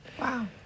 wow